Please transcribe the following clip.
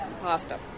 pasta